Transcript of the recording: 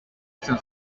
acción